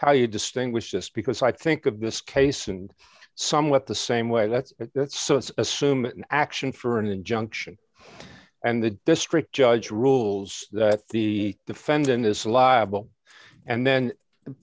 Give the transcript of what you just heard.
how you distinguish just because i think of this case and somewhat the same way that's that's so it's assume an action for an injunction and the district judge rules that the defendant is liable and then